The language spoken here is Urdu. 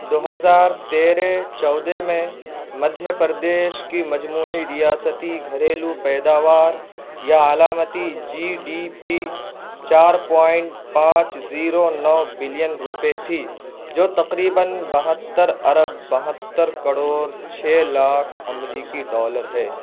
دو ہزار تیرہ چودہ میں مدھیہ پردیش کی مجموعی ریاستی گھریلو پیداوار یا علامتی جی ڈی پی چار پوائنٹ پانچ زیرو نو بلین روپئے تھی جو تقریباً بہتّر ارب بہتّر کروڑ چھ لاکھ امریکی ڈالر ہے